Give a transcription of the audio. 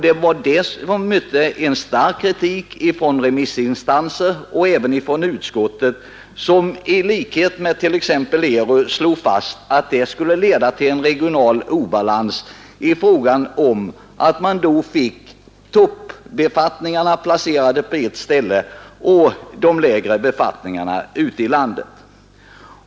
Detta mötte stark kritik från såväl remissinstanser som från utskottet, som i likhet med ERU slog fast att en sådan åtgärd skulle leda till regional obalans, eftersom man då fick toppbefattningarna samlade på ett ställe och de lägre befattningarna ute i landet.